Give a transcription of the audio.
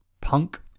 punk